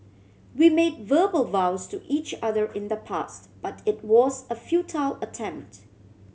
we made verbal vows to each other in the past but it was a futile attempt